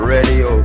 Radio